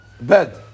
bed